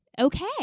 okay